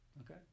okay